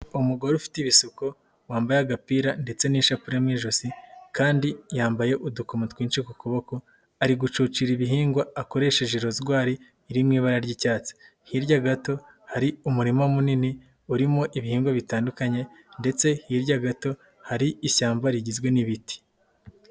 Umugore ufite ibisuko wambaye agapira ndetse n'ishapure mu ijosi kandi yambaye udukomo twinshi ku kuboko ari gucucira ibihingwa akoresheje rozwari iri mu ibara ry'icyatsi, hirya gato hari umurima munini urimo ibihingwa bitandukanye ndetse hirya gato hari ishyamba rigizwe n'ibiti.